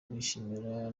bishimira